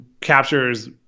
captures